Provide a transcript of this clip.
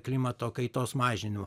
klimato kaitos mažinimo